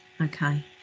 Okay